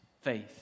faith